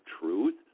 Truth